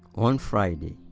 one friday,